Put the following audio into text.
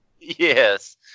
Yes